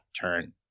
turn